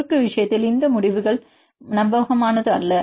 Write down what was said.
முறுக்கு இந்த விஷயத்தில் முடிவுகள் நம்பகமானதல்ல